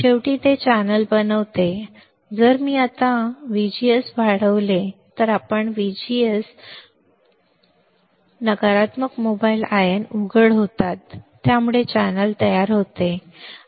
शेवटी ते चॅनेल बनवते जर मी आता नंतर VGS जर आपण वाढवले जर आपण VGS वाढवत राहिलो तर यामुळे नकारात्मक मोबाइल आयन उघड होतात ज्यामुळे चॅनेल तयार होते